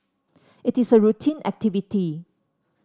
it is a routine activity